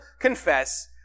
confess